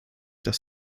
dass